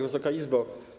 Wysoka Izbo!